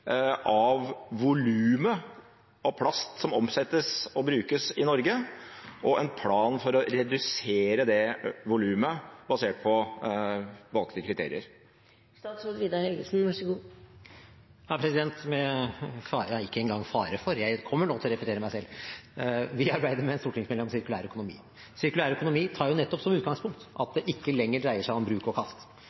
av volumet av plast som omsettes og brukes i Norge, og en plan for å redusere det volumet, basert på valgte kriterier? Med fare for – ja ikke engang med fare for, jeg kommer til – å repetere meg selv: Vi arbeider med en stortingsmelding om sirkulær økonomi. Sirkulær økonomi tar nettopp utgangspunkt i at det ikke lenger dreier seg om bruk og kast.